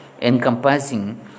encompassing